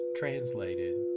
translated